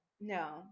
No